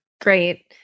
Great